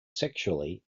sexually